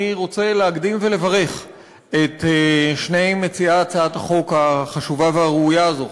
אני רוצה להקדים ולברך את שני מציעי הצעת החוק החשובה והראויה הזאת,